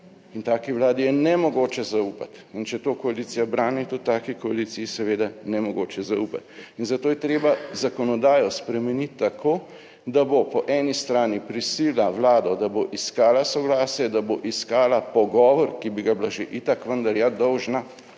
In taki vladi je nemogoče zaupati. In če to koalicija brani, tudi taki koaliciji seveda nemogoče zaupati. In zato je treba zakonodajo spremeniti tako, da bo po eni strani prisilila vlado, da bo iskala soglasje, da bo iskala pogovor, ki bi ga bila že itak vendar ja dolžna